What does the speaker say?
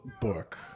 book